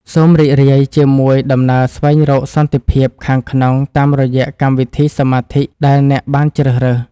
សូមរីករាយជាមួយដំណើរស្វែងរកសន្តិភាពខាងក្នុងតាមរយៈកម្មវិធីសមាធិដែលអ្នកបានជ្រើសរើស។